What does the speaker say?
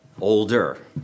older